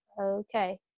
okay